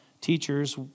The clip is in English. teachers